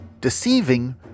Deceiving